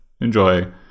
Enjoy